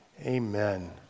Amen